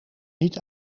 niet